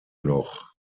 noch